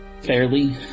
fairly